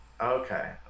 Okay